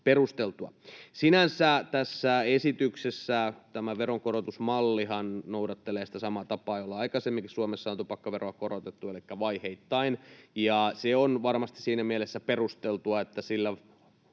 Sinänsä tässä esityksessä tämä veronkorotusmallihan noudattelee sitä samaa tapaa, jolla aikaisemminkin Suomessa on tupakkaveroa korotettu, elikkä vaiheittain, ja se on varmasti siinä mielessä perusteltua, että sillä